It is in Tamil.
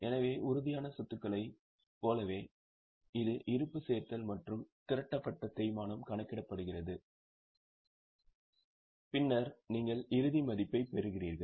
எனவே உறுதியான சொத்துக்களைப் போலவே இது இருப்பு சேர்த்தல் மற்றும் திரட்டப்பட்ட தேய்மானம் கணக்கிடப்படுகிறது பின்னர் நீங்கள் இறுதி மதிப்பைப் பெறுவீர்கள்